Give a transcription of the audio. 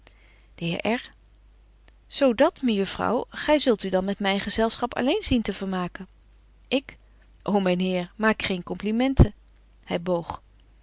zo dat mejuffrouw gy zult u dan met myn gezelschap alleen zien te vermaken ik ô myn heer maak geen complimenten